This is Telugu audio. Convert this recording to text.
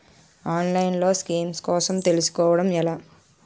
ఆన్లైన్లో స్కీమ్స్ కోసం తెలుసుకోవడం ఎలా?